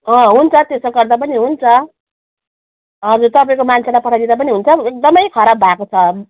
हुन्छ त्यसो गर्दा पनि हुन्छ हजुर तपाईँको मान्छेलाई पठाइदिँदा पनि हुन्छ एकदमै खराब भएको छ